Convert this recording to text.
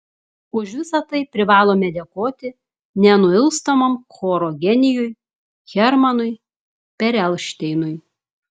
už visa tai privalome dėkoti nenuilstamam choro genijui hermanui perelšteinui